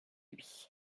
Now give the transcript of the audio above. lui